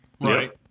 Right